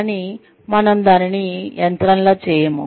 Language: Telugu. కానీ మనం దానిని యంత్రంలా చేయము